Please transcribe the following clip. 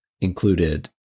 included